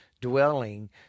dwelling